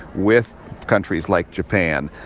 with countries like japan.